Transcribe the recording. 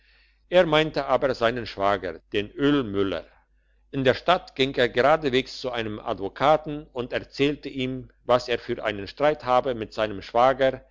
er meinte aber seinen schwager den ölmüller in der stadt ging er geradeswegs zu einem advokaten und erzählte ihm was er für einen streit habe mit seinem schwager